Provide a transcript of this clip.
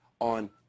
on